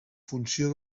funció